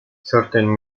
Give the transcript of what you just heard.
certain